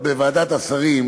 בוועדת השרים,